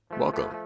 Welcome